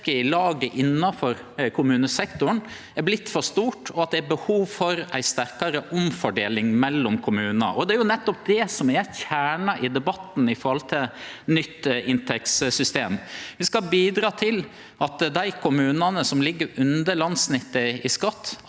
i laget innanfor kommunesektoren har vorte for stort, og at det er behov for ei sterkare omfordeling mellom kommunar. Og det er nettopp det som er kjernen i debatten om nytt inntektssystem. Ein skal bidra til at dei kommunane som ligg under landssnittet i skatt,